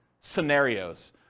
scenarios